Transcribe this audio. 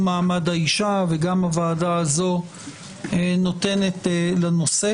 מעמד האישה וגם הוועדה הזו נותנות לנושא.